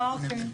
אוקיי.